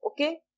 okay